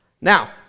Now